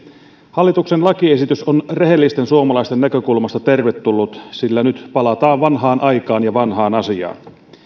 hallituksen lakiesitys on rehellisten suomalaisten näkökulmasta tervetullut sillä nyt palataan vanhaan aikaan ja vanhaan asiaan